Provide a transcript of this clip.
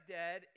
dead